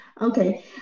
Okay